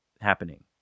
happening